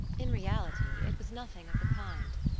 in reality it was nothing of the kind.